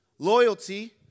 Loyalty